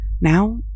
Now